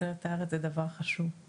תוצרת הארץ זה דבר חשוב.